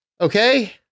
Okay